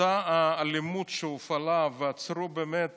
אותה אלימות שהופעלה, ועצרו באמת